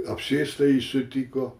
apsėstąjį sutiko